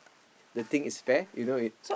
the thing is fair you know